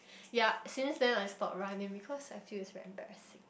yup since then I stopped running because I feel that it's very embarrassing